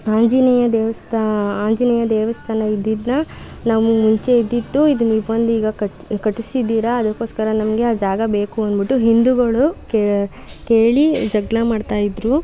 ಆಂಜನೇಯ ದೇವಸ್ಥಾನ ಆಂಜನೇಯ ದೇವಸ್ಥಾನ ಇದ್ದಿದ್ದನ್ನು ನಾವು ಮುಂಚೆ ಇದ್ದಿದ್ದು ಇದನ್ನು ಈಗ ಬಂದು ಕಟ್ಟಿಸಿದ್ದೀರಾ ಅದಕ್ಕೋಸ್ಕರ ನಮಗೆ ಆ ಜಾಗ ಬೇಕು ಅಂದುಬಿಟ್ಟು ಹಿಂದೂಗಳು ಕೇಳಿ ಜಗಳ ಮಾಡ್ತಾ ಇದ್ದರು